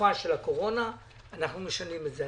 בתקופה של הקורונה, אנחנו משנים את זה.